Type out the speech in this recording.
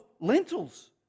lentils